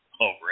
over